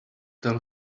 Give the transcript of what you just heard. tell